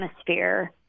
atmosphere